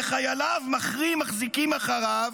וחייליו מחרים מחזיקים אחריו,